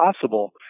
possible